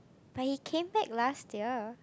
but he came back last year